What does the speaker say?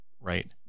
Right